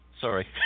Sorry